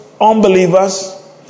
unbelievers